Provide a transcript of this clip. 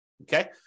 okay